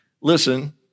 listen